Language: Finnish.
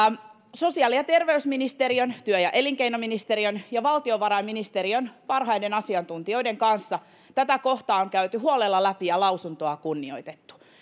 sosiaali ja terveysministeriön työ ja elinkeinoministeriön ja valtiovarainministeriön parhaiden asiantuntijoiden kanssa tätä kohtaa on käyty huolella läpi ja lausuntoa kunnioitettu